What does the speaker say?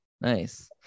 Nice